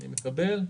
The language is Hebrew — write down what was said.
אני מקבל,